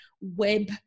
web